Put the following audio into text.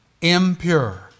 impure